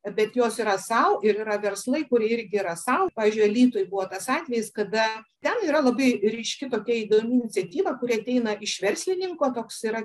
bet jos yra sau ir yra verslai kurie irgi yra sau pavyzdžiui alytuj buvo tas atvejis kada ten yra labai ryški tokia įdomi iniciatyva kuri ateina iš verslininko toks yra